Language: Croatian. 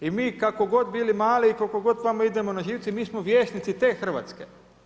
I mi kako god bili mali i koliko god vama idemo na živce, mi svo vjesnici te Hrvatske.